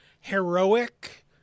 heroic